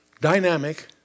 Dynamic